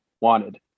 wanted